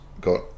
got